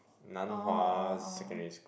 oh oh oh